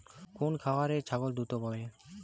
কোন খাওয়ারে ছাগল দ্রুত বাড়ে?